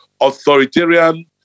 authoritarian